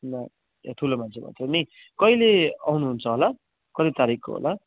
ल ए ठुलो मान्छे मात्रै नि कहिले आउनुहुन्छ होला कति तारिकको होला